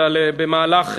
אלא במהלך,